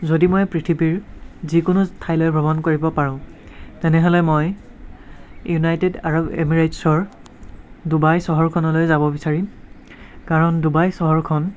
যদি মই পৃথিৱীৰ যিকোনো ঠাইলৈ ভ্ৰমণ কৰিব পাৰোঁ তেনেহ'লে মই ইউনাইটেড আৰৱ এমেৰেইটচৰ ডুবাই চহৰখনলৈ যাব বিচাৰিম কাৰণ ডুবাই চহৰখন